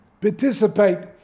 participate